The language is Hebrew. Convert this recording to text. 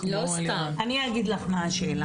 אני אגיד לך מה השאלה.